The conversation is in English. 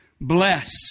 bless